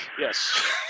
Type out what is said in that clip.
Yes